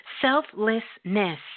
selflessness